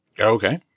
Okay